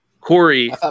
Corey